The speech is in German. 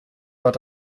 bad